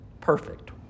Perfect